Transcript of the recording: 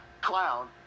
clown